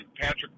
Patrick